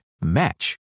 match